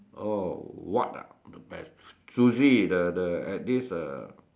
oh what ah the best sushi the the at this uh